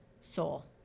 soul